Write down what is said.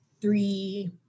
three